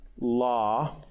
law